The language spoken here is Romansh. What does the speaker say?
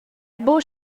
buca